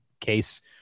case